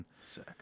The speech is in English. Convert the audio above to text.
Sick